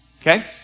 Okay